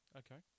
okay